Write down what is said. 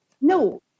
No